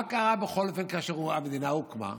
מה קרה כאשר המדינה הוקמה?